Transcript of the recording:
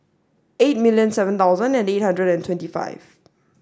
eight million seven thousand and eight hundred and twenty five